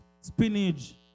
spinach